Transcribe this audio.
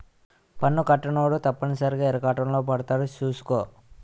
పన్ను కట్టనోడు తప్పనిసరిగా ఇరకాటంలో పడతాడు సూసుకో